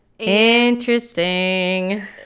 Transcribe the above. Interesting